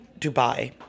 Dubai